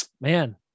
man